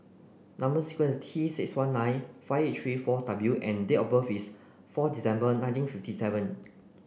number sequence T six one nine five eight three four W and date of birth is four December nineteen fifty seven